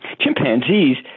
chimpanzees